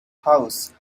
house